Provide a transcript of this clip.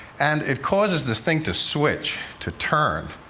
and it causes this thing to switch, to turn,